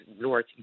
North